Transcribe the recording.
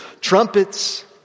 trumpets